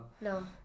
no